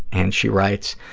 and she writes,